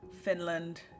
Finland